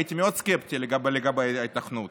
הייתי סקפטי מאוד לגבי ההיתכנות.